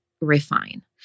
refine